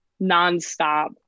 nonstop